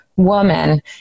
woman